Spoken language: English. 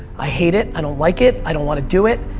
i hate it. i don't like it. i don't want to do it.